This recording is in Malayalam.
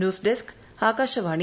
news desk Akashvani